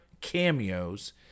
cameos